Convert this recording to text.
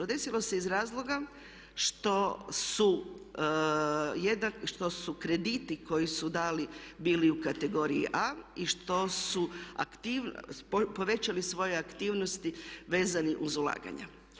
Desilo se zbog razloga što su krediti koje su dali bili u kategoriji A i što su povećali svoje aktivnosti vezane uz ulaganja.